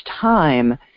time